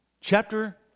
Chapter